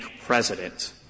president